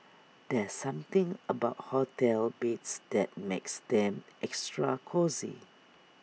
there's something about hotel beds that makes them extra cosy